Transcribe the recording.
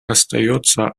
остается